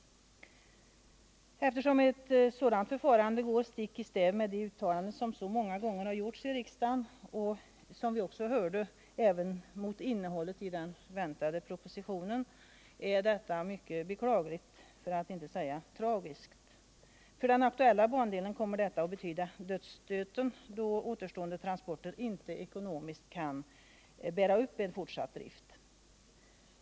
Eftersom ett sådant förfarande går stick i stäv mot de uttalanden som så många gånger har gjorts i riksdagen och - som vi också hörde — även mot innehållet i den väntade propositionen, är detta mycket beklagligt för att inte säga tragiskt. För den aktuella bandelen kommer detta att betyda dödsstöten, då återstående transporter inte ekonomiskt kan bära upp en fortsatt drift.